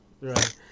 Right